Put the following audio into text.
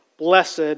Blessed